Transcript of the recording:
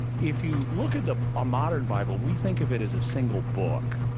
if you look at the ah modern bible, we think of it as a single book.